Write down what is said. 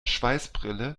schweißbrille